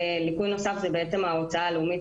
ליקוי נוסף הוא בעצם ההוצאה הלאומית